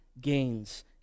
gains